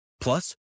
Plus